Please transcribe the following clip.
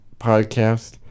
podcast